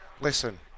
listen